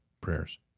prayers